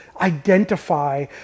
identify